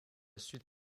suite